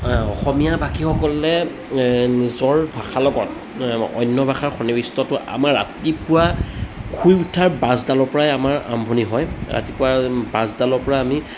অসম ভাষীসকলে নিজৰ ভাষাৰ লগত অন্য ভাষাৰ সন্নিবিষ্টটো আমাৰ ৰাতিপুৱা শুই উঠাৰ ব্ৰাছডালৰ পৰাই আমাৰ আৰম্ভণি হয় ৰাতিপুৱা ব্ৰাছডালৰ পৰা আমি